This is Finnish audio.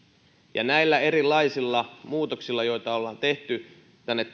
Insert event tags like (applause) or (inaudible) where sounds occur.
ja näillä erilaisilla muutoksilla joita ollaan tehty tänne (unintelligible)